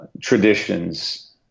traditions